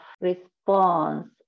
response